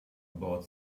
about